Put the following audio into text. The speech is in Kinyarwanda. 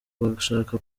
bashaka